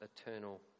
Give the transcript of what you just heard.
eternal